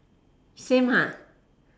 same ah